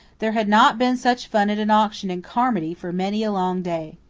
there had not been such fun at an auction in carmody for many a long day.